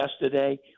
Yesterday